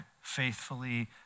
faithfully